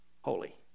holy